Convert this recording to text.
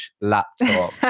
laptop